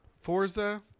Forza